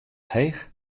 heech